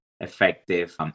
effective